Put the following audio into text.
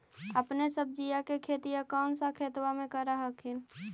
अपने सब्जिया के खेतिया कौन सा खेतबा मे कर हखिन?